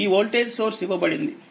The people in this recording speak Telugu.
ఈవోల్టేజ్సోర్స్ఇవ్వబడింది